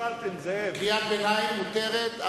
קריאת ביניים מותרת,